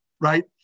right